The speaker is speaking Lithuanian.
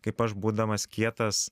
kaip aš būdamas kietas